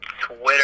Twitter